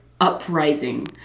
uprising